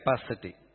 capacity